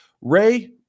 Ray